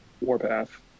Warpath